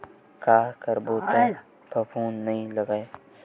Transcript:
का करबो त फफूंद नहीं लगय?